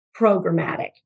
programmatic